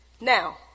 Now